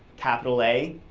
capital a,